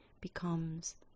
becomes